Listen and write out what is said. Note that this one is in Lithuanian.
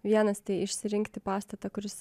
vienas tai išsirinkti pastatą kuris